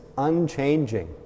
unchanging